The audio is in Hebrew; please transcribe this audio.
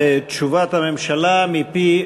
תשובת הממשלה מפי